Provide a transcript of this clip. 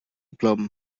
blwm